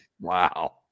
Wow